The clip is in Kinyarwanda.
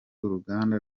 uruganda